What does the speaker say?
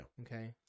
okay